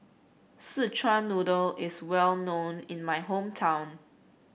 Szechuan Noodle is well known in my hometown